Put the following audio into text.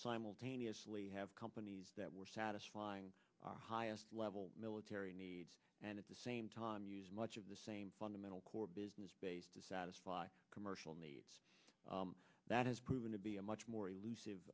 simultaneously have companies that were satisfying highest level military needs and at the same time use much of the same fundamental core business base to satisfy commercial needs that has proven to be a much more